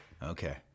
Okay